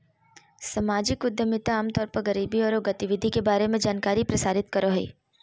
सामाजिक उद्यमिता आम तौर पर गरीबी औरो गतिविधि के बारे में जानकारी प्रसारित करो हइ